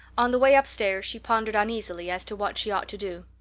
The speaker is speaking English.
on the way upstairs she pondered uneasily as to what she ought to do.